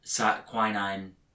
Quinine